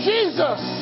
Jesus